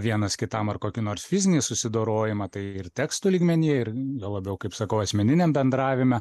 vienas kitam ar kokį nors fizinį susidorojimą tai ir tekstų lygmeny ir juo labiau kaip sakau asmeniniam bendravime